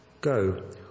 Go